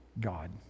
God